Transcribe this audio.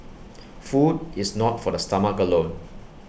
food is not for the stomach alone